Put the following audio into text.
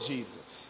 Jesus